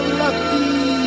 lucky